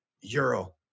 Euro